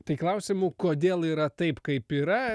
tai klausimų kodėl yra taip kaip yra